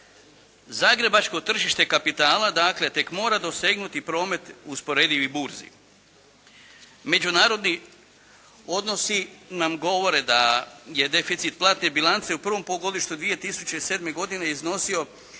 Zagrebačko tržište kapitala dakle tek mora dosegnuti promet usporedivih burzi. Međunarodni odnosi nam govore da je deficit platne bilance u prvom polugodištu 2007. godine iznosio